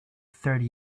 thirty